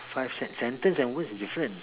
five sent~ sentence and words is different